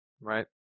right